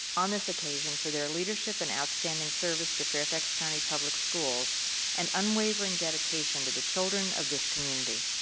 on this occasion, for their leadership and outstanding service to fairfax county public schools and unwavering dedication to the children of this community.